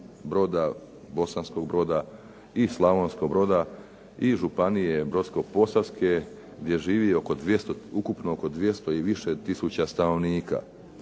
Broda, Bosanskog Broda i Slavonskog Broda i Županije Brodsko-posavske gdje živi oko, ukupno oko 200 i više tisuća stanovnika.